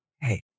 Hey